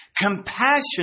compassion